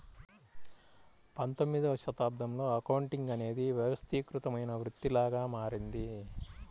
పంతొమ్మిదవ శతాబ్దంలో అకౌంటింగ్ అనేది వ్యవస్థీకృతమైన వృత్తిలాగా మారింది